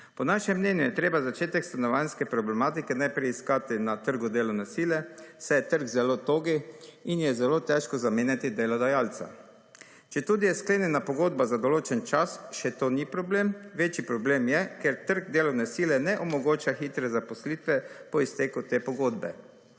Po našem mnenju je treba začetek stanovanjske problematike najprej iskati na trgu delovne sile, saj je trg zelo togi in je zelo težko zamenjati delodajalca. Četudi je sklenjena pogodba za določen čas še to ni problem, večji problem je, ker trg delovne sile ne omogoča hitre zaposlitve po izteku te pogodbe.